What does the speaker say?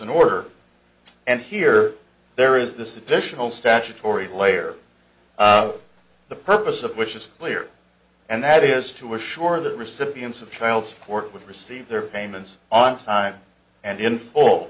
an order and here there is this additional statutory layer the purpose of which is clear and that is to assure that recipients of child support would receive their payments on time and in full